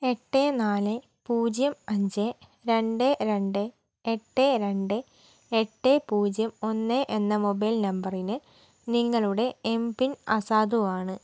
എട്ട് നാല് പൂജ്യം അഞ്ച് രണ്ട് രണ്ട് എട്ട് രണ്ട് എട്ട് പൂജ്യം ഒന്ന് എന്ന മൊബൈൽ നമ്പറിന് നിങ്ങളുടെ എം പിൻ അസാധുവാണ്